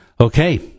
Okay